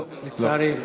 לא, לצערי לא.